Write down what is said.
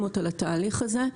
סטיגמות על התהליך הזה.